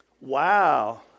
wow